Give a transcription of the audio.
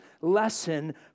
lesson